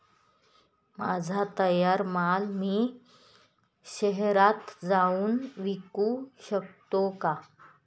माझा तयार माल मी शहरात जाऊन विकू शकतो का?